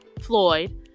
Floyd